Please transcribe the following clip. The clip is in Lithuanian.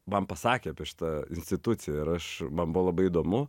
man pasakė apie šitą instituciją ir aš man buvo labai įdomu